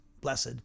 blessed